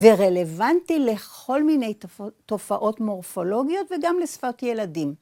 ‫ורלוונטי לכל מיני תופעות מורפולוגיות ‫וגם לשפת ילדים.